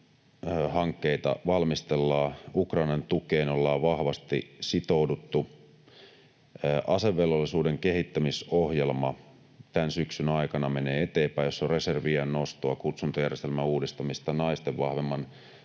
Hankkeita valmistellaan. Ukrainan tukeen ollaan vahvasti sitouduttu. Asevelvollisuuden kehittämisohjelma menee tämän syksyn aikana eteenpäin. Siinä on reservi-iän nostoa, kutsuntajärjestelmän uudistamista, naisten vahvemman